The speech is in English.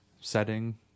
setting